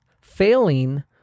failing